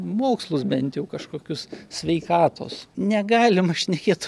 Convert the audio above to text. mokslus bent jau kažkokius sveikatos negalima šnekėt